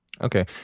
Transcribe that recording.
Okay